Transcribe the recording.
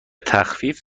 تخفیف